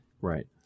Right